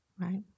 right